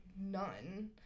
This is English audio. none